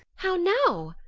how now!